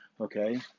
okay